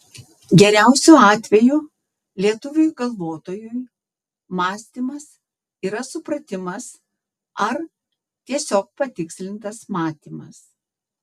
geriausiu atveju lietuviui galvotojui mąstymas yra supratimas ar tiesiog patikslintas matymas